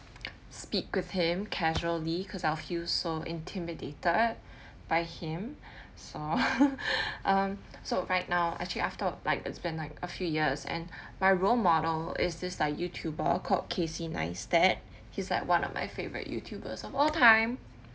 speak with him casually cause I'll feel so intimidated by him so um so right now actually afterward like it's been like a few years and my role model is this like youtuber called casey neistat he's like one of my favorite youtubers of all time